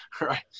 right